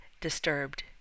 disturbed